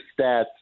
stats